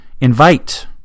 invite